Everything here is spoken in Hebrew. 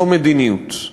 זו מדיניות.